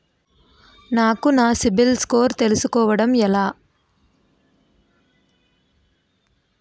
నాకు నా సిబిల్ స్కోర్ తెలుసుకోవడం ఎలా?